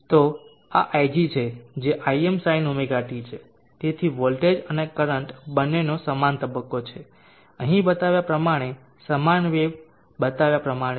તો આ ig છે જે Imsinωt છે તેથી વોલ્ટેજ અને કરંટ બંનેનો સમાન તબક્કો છે અહીં બતાવ્યા પ્રમાણે સમાન વેવ બતાવ્યા પ્રમાણે છે